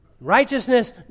righteousness